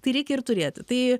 tai reikia ir turėti tai